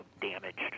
damaged